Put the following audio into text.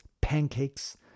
pancakes